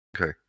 Okay